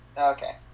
Okay